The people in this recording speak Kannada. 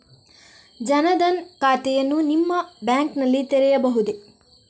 ಜನ ದನ್ ಖಾತೆಯನ್ನು ನಿಮ್ಮ ಬ್ಯಾಂಕ್ ನಲ್ಲಿ ತೆರೆಯಬಹುದೇ?